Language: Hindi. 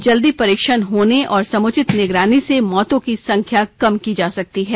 जल्दी परीक्षण होने और समुचित निगरानी से मौतों की संख्या कम की जा सकती है